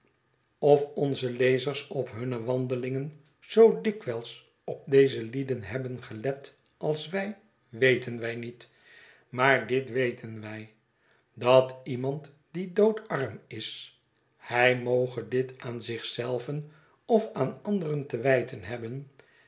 de drukpers ofonzelezers op hunne wandelingen zoo dikwijls op deze lieden hebben gelet als wij weten wij niet maar dit weten wij dat iemand die doodarm is hij moge dit aan zich zelven of aan anderen te wijten hebben